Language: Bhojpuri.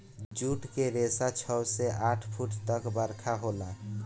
जुट के रेसा छव से आठ फुट तक बरका होला